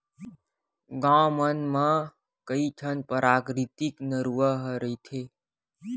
गाँव मन म कइठन पराकिरितिक नरूवा ह रहिथे